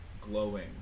glowing